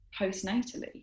postnatally